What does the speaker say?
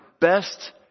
best